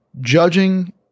judging